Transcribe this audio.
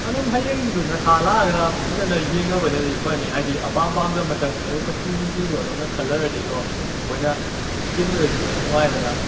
ꯑꯗꯨꯝ ꯍꯌꯦꯡꯗꯨ ꯅꯁꯥ ꯂꯥꯛꯑꯒ ꯐꯖꯅ ꯌꯦꯡꯉꯕꯅꯗꯤ ꯐꯅꯤ ꯍꯥꯏꯗꯤ ꯑꯄꯥꯝ ꯄꯥꯝꯗ ꯃꯁꯛ ꯑꯗꯩ ꯃꯆꯨ ꯅꯨꯨꯡꯆꯨꯗꯣ ꯑꯗꯣꯝꯅ ꯈꯜꯂꯒꯗꯤꯀꯣ ꯑꯩꯈꯣꯏꯅ ꯆꯦꯟꯕꯗꯁꯨ ꯈꯔ ꯅꯨꯡꯉꯥꯏꯗꯅ